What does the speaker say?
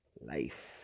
life